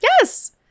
Yes